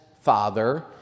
Father